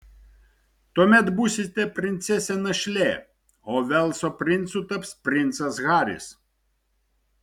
tuomet būsite princesė našlė o velso princu taps princas haris